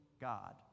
God